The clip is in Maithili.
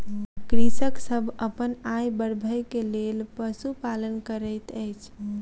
कृषक सभ अपन आय बढ़बै के लेल पशुपालन करैत अछि